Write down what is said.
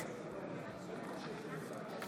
בהצבעה